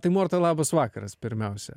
tai morta labas vakaras pirmiausia